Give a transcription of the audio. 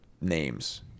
names